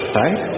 right